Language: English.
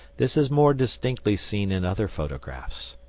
this is more distinctly seen in other photographs.